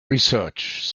research